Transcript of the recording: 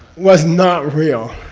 was not real.